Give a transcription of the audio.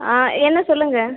ஆ என்ன சொல்லுங்கள்